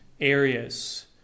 areas